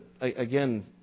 again